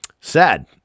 sad